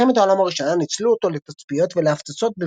במלחמת העולם הראשונה ניצלו אותו לתצפיות ולהפצצות